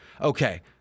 Okay